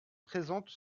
présente